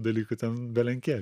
dalykų ten belenkiek